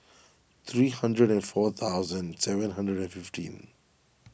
three hundred four thousand seven hundred and fifteen